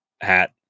hat